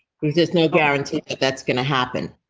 there's no guarantee that that's going to happen.